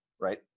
right